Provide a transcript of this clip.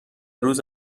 روز